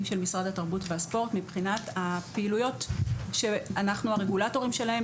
של משרד התרבות והספורט מבחינת הפעילויות שאנחנו הרגולטורים שלהם,